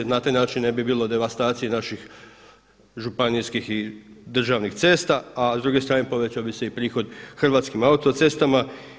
Na taj način ne bi bilo devastacija naših županijskih i državnih cesta, a s druge strane povećao bi se i prihod Hrvatskim autocestama.